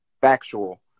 factual